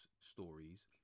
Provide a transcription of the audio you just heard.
stories